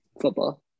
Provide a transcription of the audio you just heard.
football